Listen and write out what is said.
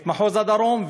את מחוז הדרום,